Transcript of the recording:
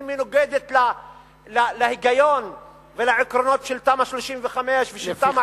היא מנוגדת להיגיון ולעקרונות של תמ"א 35 ושל תמ"א